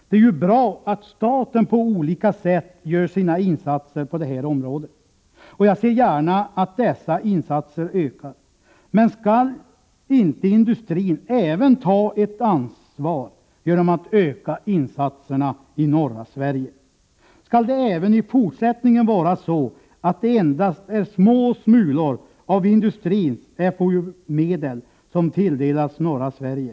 Det är bra att staten på olika sätt gör insatser på det här området, och jag ser gärna att dessa ökar, men skall inte även industrin ta ett ansvar genom att öka insatserna i norra Sverige? Skall även i fortsättningen endast små smulor av industrins FoU-medel tilldelas norra Sverige?